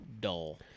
dull